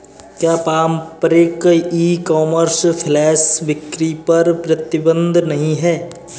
क्या पारंपरिक e commerce flash बिक्री पर प्रतिबंध नहीं है?